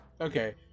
Okay